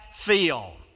feel